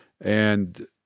and-